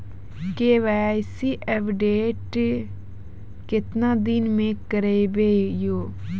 KYC update केतना दिन मे करेबे यो?